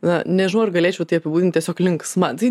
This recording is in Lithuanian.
na nežinau ar galėčiau tai apibūdint tiesiog linksma tai